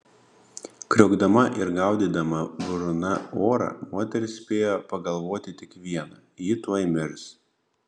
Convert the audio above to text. kriokdama ir gaudydama burna orą moteris spėjo pagalvoti tik viena ji tuoj mirs